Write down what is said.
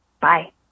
Bye